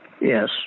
Yes